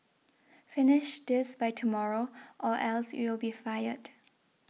finish this by tomorrow or else you'll be fired